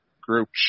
group